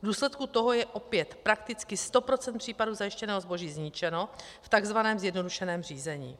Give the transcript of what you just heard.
V důsledku toho je opět prakticky sto procent případů zajištěného zboží zničeno v takzvaném zjednodušeném řízení.